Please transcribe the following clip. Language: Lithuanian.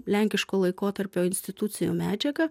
lenkiško laikotarpio institucijų medžiaga